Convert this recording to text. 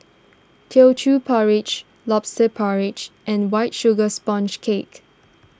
Teochew Porridge Lobster Porridge and White Sugar Sponge Cake